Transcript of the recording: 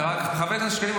חבר הכנסת שקלים,